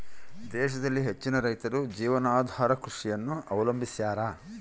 ದೇಶದಲ್ಲಿ ಹೆಚ್ಚಿನ ರೈತರು ಜೀವನಾಧಾರ ಕೃಷಿಯನ್ನು ಅವಲಂಬಿಸ್ಯಾರ